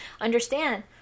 understand